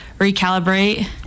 recalibrate